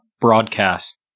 broadcast